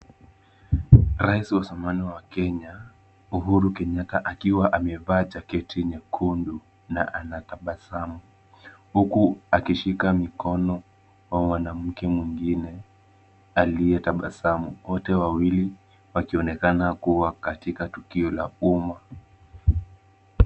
Rais wa zamani wa Kenya Uhuru Kenyatta ,akiwa amevaa jaketi nyekundu na anatabasamu, huku akishika mikono wa mwanamke mwingine aliyetabasamu, wote wawili wakionekana kuwa katika tukio la umma .